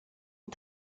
une